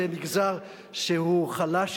זה מגזר שהוא חלש,